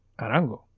Arango